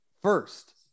first